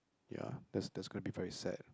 ya that's that's going to be very sad